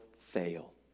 fail